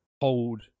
hold